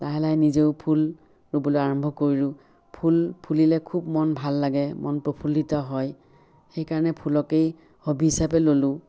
লাহে লাহে নিজেও ফুল ৰোবলৈ আৰম্ভ কৰিলোঁ ফুল ফুলিলে খুব মন ভাল লাগে মন প্ৰফুল্লিত হয় সেই কাৰণে ফুলকেই হবী হিচাপে ল'লোঁ